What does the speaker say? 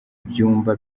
ibyumba